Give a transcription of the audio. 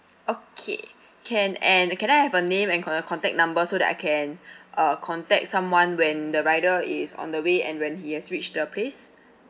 okay can and uh can I have a name and con~ uh contact number so that I can uh contact someone when the rider is on the way and when he has reached the place